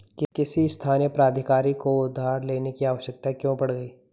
किसी स्थानीय प्राधिकारी को उधार लेने की आवश्यकता क्यों पड़ गई?